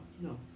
no